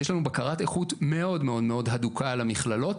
יש לנו בקרת איכות מאוד מאוד הדוקה על המכללות,